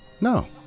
No